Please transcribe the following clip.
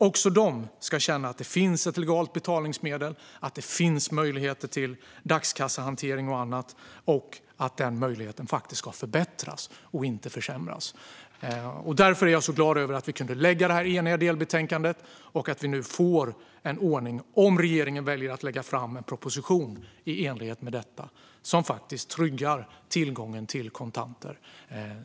Också dessa personer ska känna att det finns ett legalt betalningsmedel, att det finns möjligheter till dagskassehantering och annat och att denna möjlighet faktiskt ska förbättras och inte försämras. Därför är jag så glad över att vi kunde lägga fram detta eniga delbetänkande och att vi nu, om regeringen väljer att lägga fram en proposition i enlighet med detta, får en ordning som faktiskt tryggar tillgången till kontanter.